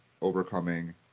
overcoming